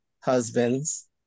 husbands